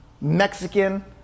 Mexican